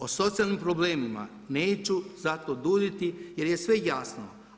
O socijalnim problemima neću zato duljiti jer je sve jasno.